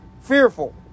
fearful